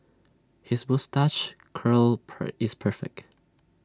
his moustache curl per is perfect